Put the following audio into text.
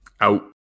out